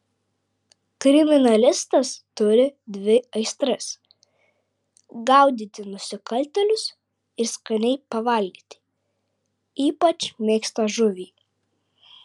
kriminalistas turi dvi aistras gaudyti nusikaltėlius ir skaniai pavalgyti ypač mėgsta žuvį